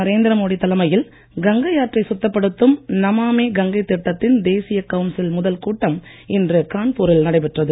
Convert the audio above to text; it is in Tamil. நரேந்திரமோடி தலைமையில் கங்கை ஆற்றை சுத்தப்படுத்தும் நமாமி கங்கை திட்டத்தின் தேசிய கவுன்சில் முதல் கூட்டம் இன்று கான்பூரில் நடைபெற்றது